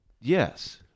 yes